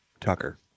Tucker